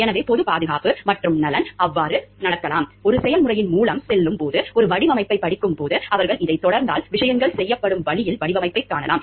எனவே பொது பாதுகாப்பு மற்றும் நலன் அவ்வாறு நடக்கலாம் ஒரு செயல்முறையின் மூலம் செல்லும் போது ஒரு வடிவமைப்பைப் படிக்கும் போது அவர்கள் இதைத் தொடர்ந்தால் விஷயங்கள் செய்யப்படும் வழியில் வடிவமைப்பைக் காணலாம்